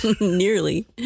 Nearly